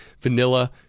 vanilla